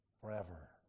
forever